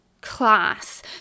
class